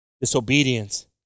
disobedience